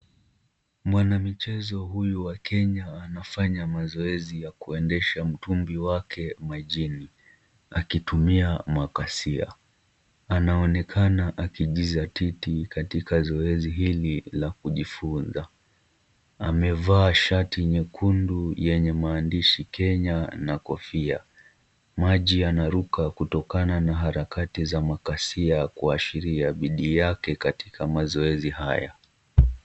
Mwanamichezo huyu wa Kenya anafanya mazoezi ya kuendesha mtumbi wake majini akitumia makasia. Anaonekana akijizatiti katika zoezi hili la kujifunza. Amevaa shati nyekundu yenye maandishi Kenya na kofia. Maji yanaruka kutokana na harakati za makasia kuashiria bidii yake katika mazoezi haya.